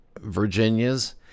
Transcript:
Virginias